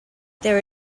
there